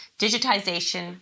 digitization